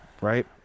right